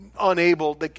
unable